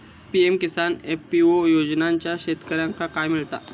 PM Kisan FPO योजनाच्यात शेतकऱ्यांका काय मिळता?